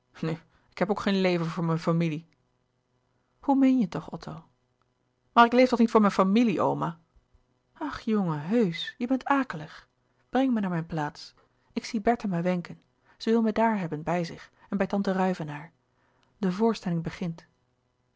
ik heb ook geen leven voor mijn familie hoe meen je toch otto maar ik leef toch niet voor mijn familie oma ach jongen heusch je bent akelig breng me naar mijn plaats ik zie bertha me wenken ze wil me daar hebben bij zich en bij tante ruyvenaer de voorstelling begint